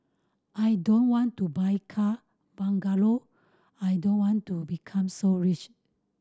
I don't want to buy car bungalow I don't want to become so rich